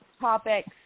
topics